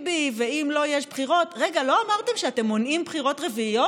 ואם לא, אז מחכה לו אולי הריסה,